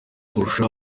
kurusha